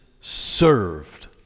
served